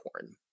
porn